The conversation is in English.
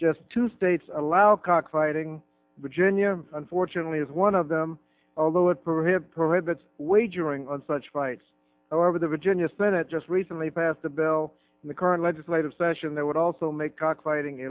just two states allow cockfighting virginia unfortunately is one of them although it prohibit prohibits wagering on such fights over the virginia senate just recently passed a bill in the current legislative session that would also make cockfighting